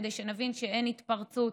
כדי שנבין שאין התפרצות